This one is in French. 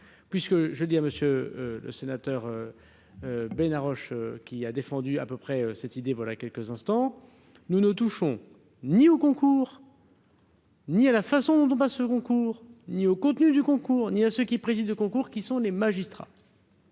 Puisque je dis à monsieur le sénateur ben Roche, qui a défendu à peu près cette idée, voilà quelques-uns. Attends, nous ne touchons ni au concours. Ni à la façon dont passeront cours ni au contenu du concours ni à ceux qui préside de concours qui sont les magistrats.